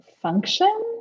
Function